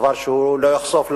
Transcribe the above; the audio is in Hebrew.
דבר שהוא לא יחשוף לעולם,